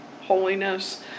holiness